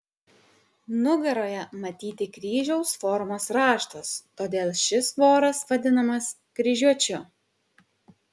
nugaroje matyti kryžiaus formos raštas todėl šis voras vadinamas kryžiuočiu